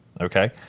Okay